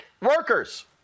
workers